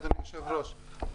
אדוני היושב-ראש,